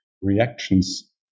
reactions